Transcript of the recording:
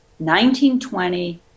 1920